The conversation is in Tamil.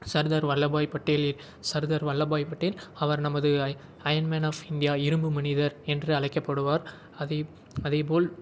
சர்தார் வல்லபாய் பட்டேல் சர்தார் வல்லபாய் பட்டேல் அவர் நமது அயன் மேன் ஆஃப் இண்டியா இரும்புமனிதர் என்று அழைக்கப்படுவார் அதே அதேபோல்